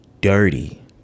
dirty